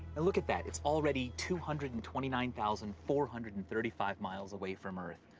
and look at that. it's already two hundred and twenty nine thousand four hundred and thirty five miles away from earth.